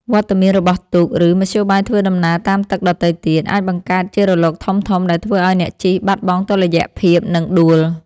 វត្តមានរបស់ទូក ឬមធ្យោបាយធ្វើដំណើរតាមទឹកដទៃទៀត អាចបង្កើតជារលកធំៗដែលធ្វើឱ្យអ្នកជិះបាត់បង់តុល្យភាព និងដួល។